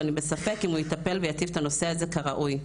ואני בספק אם הוא יטפל ויציף את הנושא הזה כראוי.